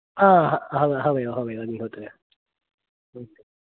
आ हा हा अहमेव अहमेव अग्निहोत्रि